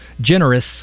generous